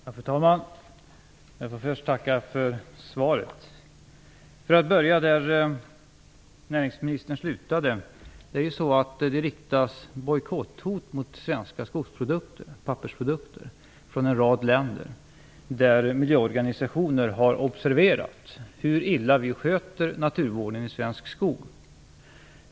Fru talman! Jag får först tacka för svaret. För att börja där näringsministern slutade, är det ju så att det riktas bojkotthot mot svenska skogs och pappersprodukter från en rad länder där miljöorganisationer har observerat hur illa vi sköter naturvården i svensk skog.